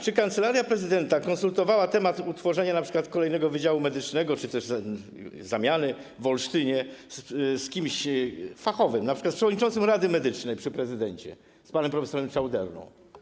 Czy Kancelaria Prezydenta konsultowała temat utworzenia np. kolejnego wydziału medycznego czy też zamiany w Olsztynie z kimś fachowym, np. z przewodniczącym rady medycznej przy prezydencie, z panem prof. Czauderną?